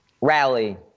rally